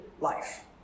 life